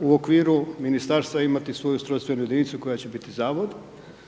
u okviru Ministarstva imati svoju ustrojstvenu jedinicu koja će biti Zavod,